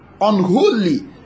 unholy